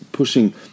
pushing